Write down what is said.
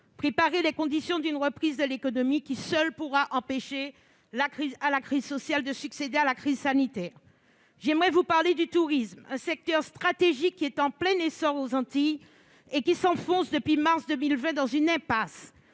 préparer les conditions d'une reprise de l'économie qui, seule, pourra empêcher la crise sociale de succéder à la crise sanitaire. Aussi, je veux vous parler du tourisme, un secteur stratégique en plein essor aux Antilles, qui s'enfonce depuis mars 2020 dans une impasse,